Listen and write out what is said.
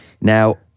Now